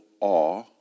awe